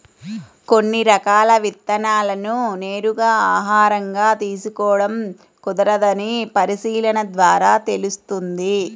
కొన్ని రకాల విత్తనాలను నేరుగా ఆహారంగా తీసుకోడం కుదరదని పరిశీలన ద్వారా తెలుస్తుంది